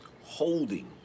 holding